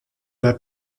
oder